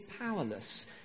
powerless